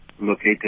located